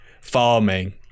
farming